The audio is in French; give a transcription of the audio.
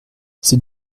c’est